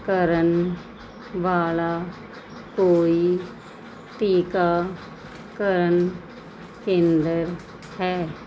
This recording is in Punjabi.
ਕਰਨ ਵਾਲਾ ਕੋਈ ਟੀਕਾਕਰਨ ਕੇਂਦਰ ਹੈ